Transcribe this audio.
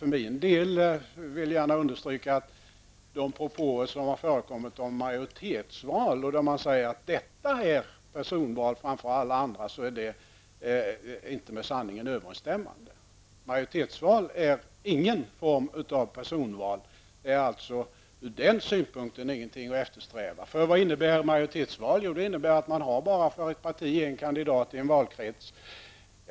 Jag vill gärna understryka att de propåer som har förekommit om majoritetesval, där man säger att detta är personval framför alla andra val, inte är med sanningen överensstämmande. Majoritetsval är ingen form av personval. Ur den synpunkten är majoritetsval inget att eftersträva. Vad innebär majoritetsval? Det innebär att det finns en kandidat för varje parti i varje valkrets.